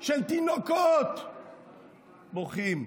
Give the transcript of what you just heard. ושל תינוקות בוכים.